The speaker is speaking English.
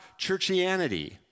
churchianity